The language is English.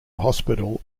hospital